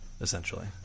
essentially